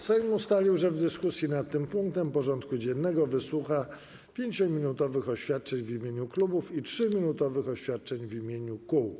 Sejm ustalił, że w dyskusji nad tym punktem porządku dziennego wysłucha 5-minutowych oświadczeń w imieniu klubów i 3-minutowych oświadczeń w imieniu kół.